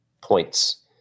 points